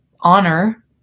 honor